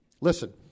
listen